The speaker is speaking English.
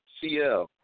CL